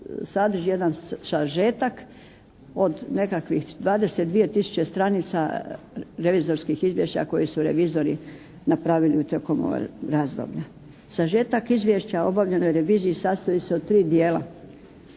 sadrži jedan sažetak od nekakvih 22000 stranica revizorskih izvješća koje su revizori napravili tijekom ovog razdoblja. Sažetak izvješća o obavljenoj reviziji sastoji se od tri dijela